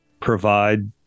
provide